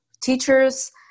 teachers